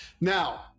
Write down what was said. Now